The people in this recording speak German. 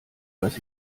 was